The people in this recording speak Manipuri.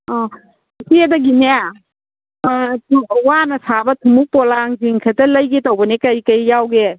ꯑꯥ ꯏꯆꯦꯗꯒꯤꯅꯦ ꯋꯥꯅ ꯁꯥꯕ ꯊꯨꯝꯃꯣꯛ ꯄꯣꯂꯥꯡꯁꯤꯡ ꯈꯤꯇ ꯂꯩꯒꯦ ꯇꯧꯕꯅꯦ ꯀꯩꯀꯩ ꯌꯥꯎꯒꯦ